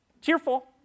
cheerful